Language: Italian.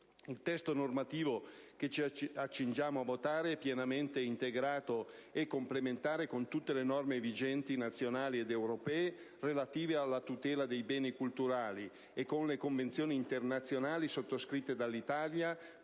Il testo normativo che ci accingiamo a votare è pienamente integrato e complementare con tutte le normative vigenti - nazionali ed europee - relative alla tutela dei beni culturali e con le convenzioni internazionali sottoscritte dall'Italia